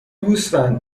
گوسفند